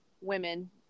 Women